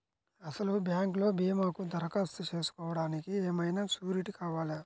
అసలు బ్యాంక్లో భీమాకు దరఖాస్తు చేసుకోవడానికి ఏమయినా సూరీటీ కావాలా?